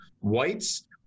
whites